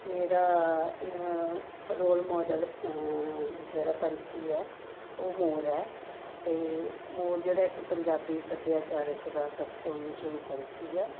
ਮੇਰਾ role model ਜਿਹੜਾ ਪੰਛੀ ਹੈ ਉਹ ਮੋਰ ਹੈ ਅਤੇ ਮੋਰ ਜਿਹੜਾ ਇੱਕ ਪੰਜਾਬੀ ਸੱਭਿਆਚਾਰਕ ਦਾ ਸਭ ਤੋਂ ਮਸ਼ਹੂਰ ਪੰਛੀ ਹੈ